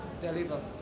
deliver